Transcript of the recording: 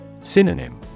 Synonym